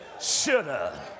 shoulda